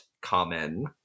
common